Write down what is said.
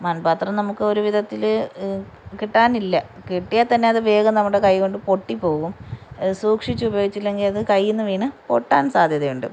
മൺപാത്രം നമുക്കൊരു വിധത്തിൽ കിട്ടാനില്ല കിട്ടിയാൽ തന്നെ അത് വേഗം നമ്മുടെ കൈകൊണ്ടു പൊട്ടി പോകും അത് സൂക്ഷിച്ചുപയോഗിച്ചില്ലെങ്കിൽ അത് കൈയ്യിൽ നിന്ന് വീണ് പൊട്ടാൻ സാധ്യതയുണ്ട്